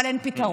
אבל אין פתרון.